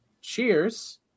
cheers